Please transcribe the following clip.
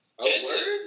Yes